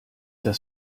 das